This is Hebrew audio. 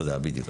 תודה, בדיוק.